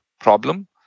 problem